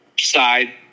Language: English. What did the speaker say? side